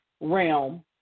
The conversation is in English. realm